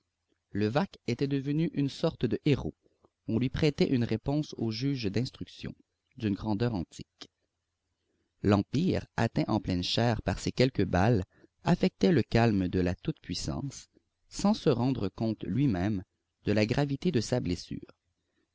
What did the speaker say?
levaque était devenu une sorte de héros on lui prêtait une réponse au juge d'instruction d'une grandeur antique l'empire atteint en pleine chair par ces quelques balles affectait le calme de la toute-puissance sans se rendre compte lui-même de la gravité de sa blessure